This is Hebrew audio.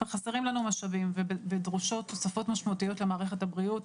חסרים לנו משאבים ודרושות תוספות משמעותיות למערכת הבריאות,